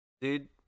Dude